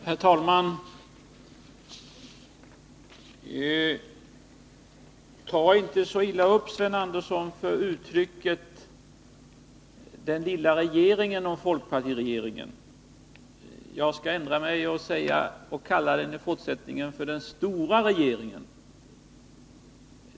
Herr talman! Tag inte så illa upp uttrycket ”den lilla regeringen” om folkpartiregeringen, Sven Andersson! Jag skall ändra mig och i fortsättningen kalla den för den stora regeringen.